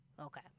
Okay